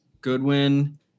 Goodwin